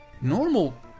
normal